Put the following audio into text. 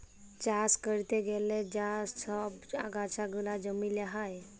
চাষ ক্যরতে গ্যালে যা ছব আগাছা গুলা জমিল্লে হ্যয়